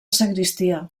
sagristia